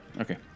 Okay